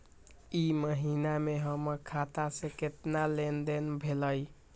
ई महीना में हमर खाता से केतना लेनदेन भेलइ?